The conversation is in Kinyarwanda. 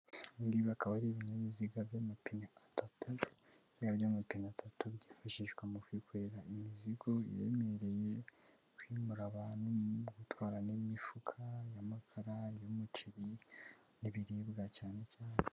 Ibi ngibi akaba ari ibinyabiziga by'amapine atatu, biriya by'amapine atatu, byifashishwa mu kwikorera imizigo iremereye, kwimura abantu, no gutwara n'imifuka, y'amakara, y'umuceri, n'ibiribwa cyane cyane.